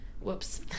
whoops